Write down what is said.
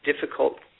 difficult